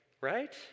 right